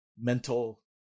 mental